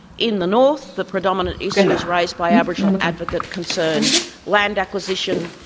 in the north, the predominant issues raised by aboriginal advocates concern land acquisition,